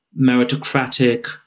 meritocratic